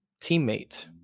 teammate